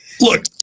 Look